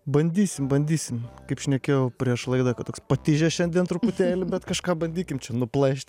bandysim bandysim kaip šnekėjau prieš laidą kad toks patižęs šiandien truputėlį bet kažką bandykim čia nuplėšt